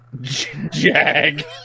Jag